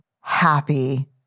happy